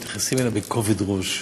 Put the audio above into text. מתייחסים אליה בכובד ראש,